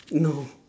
no